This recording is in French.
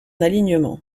alignement